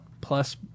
Plus